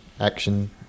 action